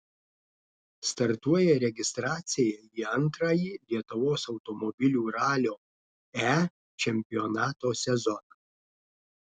startuoja registracija į antrąjį lietuvos automobilių ralio e čempionato sezoną